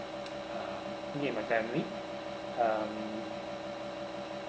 uh me and my family um